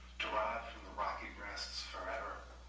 derived from the rocky grasses forever.